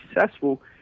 successful